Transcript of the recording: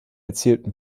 erzielten